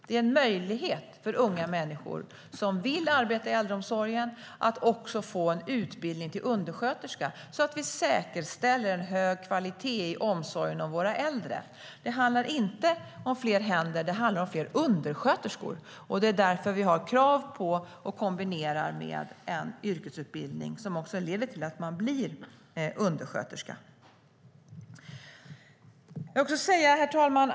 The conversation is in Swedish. Det är en möjlighet för unga människor som vill arbeta i äldreomsorgen att få en utbildning till undersköterska, så att vi säkerställer en hög kvalitet i omsorgen om våra äldre. Det handlar inte om fler händer utan om fler undersköterskor. Det är därför vi har krav på och kombinerar med en yrkesutbildning, som leder till att man blir undersköterska. Herr talman!